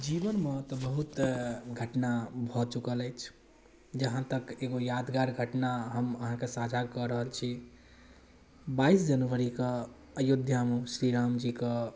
जीवनमे तऽ बहुत घटना भऽ चुकल अछि जहाँ तक एगो यादगार घटना हम अहाँके साझा कऽ रहल छी बाइस जनवरीके अयोध्यामे श्रीरामजीके